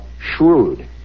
shrewd